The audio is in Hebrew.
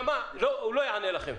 לא, הוא לא יענה לכם.